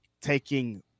taking